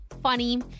Funny